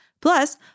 Plus